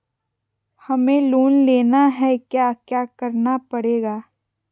हमें लोन लेना है क्या क्या करना पड़ेगा?